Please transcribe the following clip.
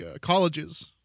colleges